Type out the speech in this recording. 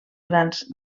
grans